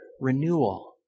renewal